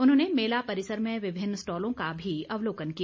उन्होंने मेला परिसर में विभिन्न स्टॉलों का भी अवलोकन किया